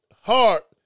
heart